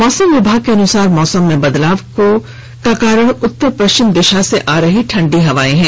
मौसम विभाग के अनुसार मौसम में बदलाव के कारण उतर पश्चिम दिशा से आ रही ठंडी हवाएं हैं